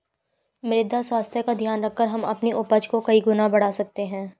मृदा स्वास्थ्य का ध्यान रखकर हम अपनी उपज को कई गुना बढ़ा सकते हैं